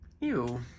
Ew